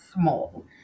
small